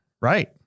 Right